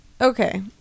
okay